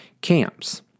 Camps